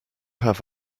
have